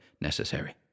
necessary